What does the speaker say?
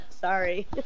sorry